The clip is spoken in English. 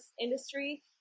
industry